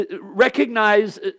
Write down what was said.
Recognize